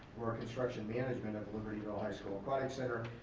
or construction management of libertyville high school aquatic center,